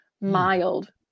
mild